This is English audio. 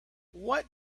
what